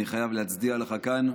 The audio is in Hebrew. אני חייב להצדיע לך כאן.